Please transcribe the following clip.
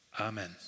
Amen